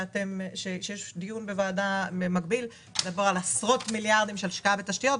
שיש דיון ועדה במקביל שמדבר על עשרות מיליארדים של השקעה בתשתיות.